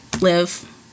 live